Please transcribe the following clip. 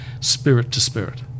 spirit-to-spirit